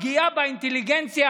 פגיעה באינטליגנציה